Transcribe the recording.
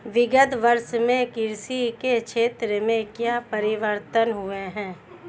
विगत वर्षों में कृषि के क्षेत्र में क्या परिवर्तन हुए हैं?